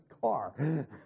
car